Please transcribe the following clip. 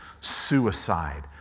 suicide